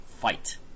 fight